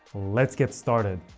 let's get started!